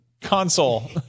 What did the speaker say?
console